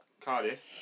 Cardiff